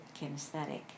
kinesthetic